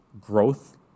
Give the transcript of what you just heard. growth